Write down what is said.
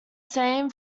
same